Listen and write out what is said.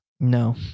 No